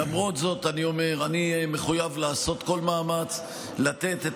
למרות זאת אני אומר שאני מחויב לעשות כל מאמץ לתת את